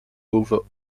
over